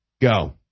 Go